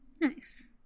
nice